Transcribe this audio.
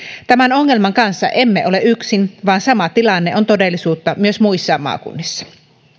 tämän ongelman kanssa emme ole yksin vaan sama tilanne on todellisuutta myös muissa maakunnissa